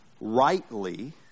rightly